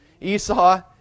Esau